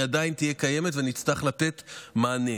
היא עדיין תהיה קיימת ונצטרך לתת מענה.